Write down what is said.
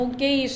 Okay